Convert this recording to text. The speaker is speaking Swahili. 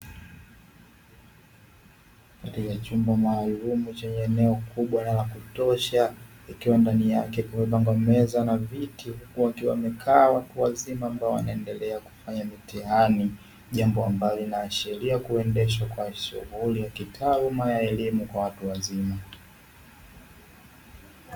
Chumba maarufu chenye eneo kubwa la kutosha, ikiwa ndani yake kumepangwa meza na viti huku wote wakiwa wamekaa wakuu wazima ambao wanaendelea mtihani, jambo ambalo linaashiria kuendeshwa kwa shughuli ya kitaaluma ya elimu kwa watu wazima.